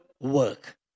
work